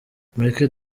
mureke